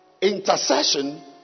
Intercession